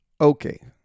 Okay